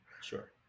Sure